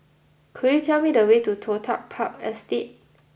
could you tell me the way to Toh Tuck Park Estate